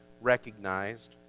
recognized